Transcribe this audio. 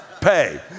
pay